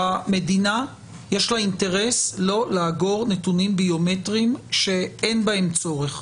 למדינה יש אינטרס לא לאגור נתונים ביומטריים שאין בהם צורך.